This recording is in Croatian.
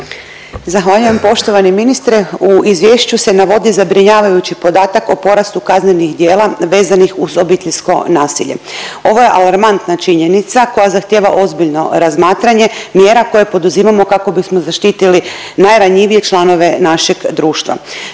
Zahvaljujem. Poštovani ministre u izvješću se navodi zabrinjavajući podatak o porastu kaznenih djela vezanih uz obiteljsko nasilje. Ovo je alarmantna činjenica koja zahtijeva ozbiljno razmatranje, mjera koju poduzimamo kako bismo zaštitili najranjivije članove našeg društva.